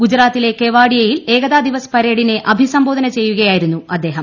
ഗുജറാത്തിലെ കെവാദിയയിൽ ഏകതാ ദിവസ് പരേഡിനെ അഭിസംബോധന ചെയ്യുകയായിരുന്നു അദ്ദേഹം